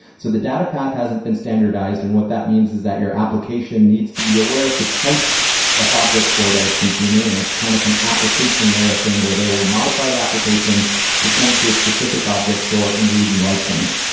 so the data path hasn't been standardized, and what that means is that your application needs to be aware of the type of object store that it's consuming and it's kind of an application layer thing where they will modify the application to point to a specific object store and read and write from it.